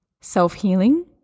Self-healing